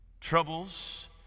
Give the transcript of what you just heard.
Troubles